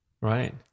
Right